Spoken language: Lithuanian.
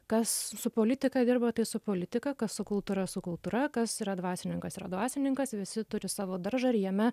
kas su politika dirba tai su politika kas su kultūra su kultūra kas yra dvasininkas yra dvasininkas visi turi savo daržą ir jame